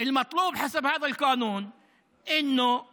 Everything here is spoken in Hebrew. מה שמתבקש בחוק הזה הוא שהחברה